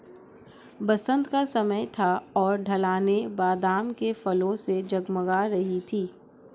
बसंत का समय था और ढलानें बादाम के फूलों से जगमगा रही थीं